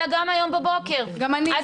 אלא גם היום בבוקר --- גם אני,